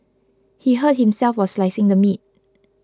he hurt himself while slicing the meat